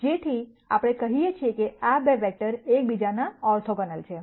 તેથી આપણે કહીએ છીએ કે આ 2 વેક્ટર એક બીજાના ઓર્થોગોનલ છે